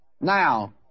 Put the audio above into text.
Now